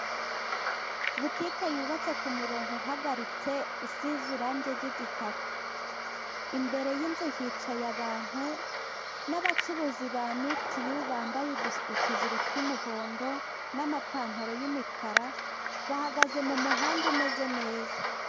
Butike yubatse ku murongo uhagaritse usize irangi ry'igitaka. Imbere y'inzu hicaye abantu n'abacuruzi ba mitiyu bambaye utujire tw'umuhondo n'amapantaro y'umukara. Bahagaze mu muhanda umeze neza.